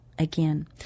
Again